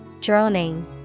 Droning